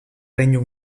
regno